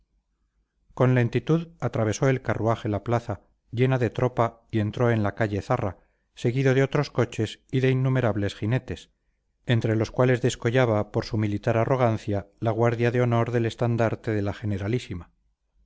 con lentitud atravesó el carruaje la plaza llena de tropa y entró en la calle zarra seguido de otros coches y de innumerables jinetes entre los cuales descollaba por su militar arrogancia la guardia de honor del estandarte de la generalísima